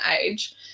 age